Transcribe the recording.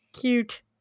cute